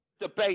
Debate